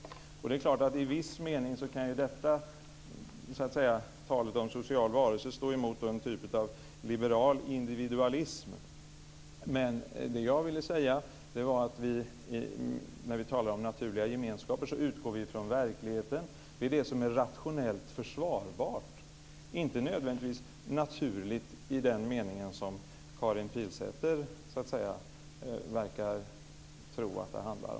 Det är klart att talet om sociala varelser i viss mening kan stå emot en typ av liberal individualism. Det jag ville säga var att vi när vi talar om naturliga gemenskaper utgår från verkligheten. Det är det som är rationellt försvarbart. Det är inte nödvändigtvis naturligt i den meningen som Karin Pilsäter verkar tro.